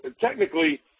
technically